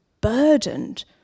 burdened